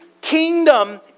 kingdom